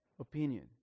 opinion